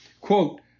quote